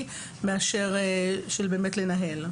שוב,